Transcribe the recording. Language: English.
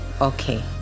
Okay